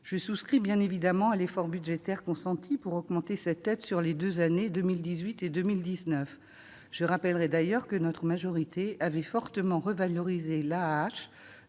je souscris bien évidemment à l'effort budgétaire consenti pour augmenter cette aide sur les deux années 2018 et 2019. Je rappellerai d'ailleurs que notre majorité avait fortement revalorisé l'AAH